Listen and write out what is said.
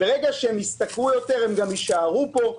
ברגע שהם ישתכרו יותר הם גם יישארו פה,